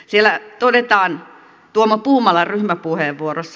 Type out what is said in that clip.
siellä todetaan tuomo puumalan ryhmäpuheenvuorossa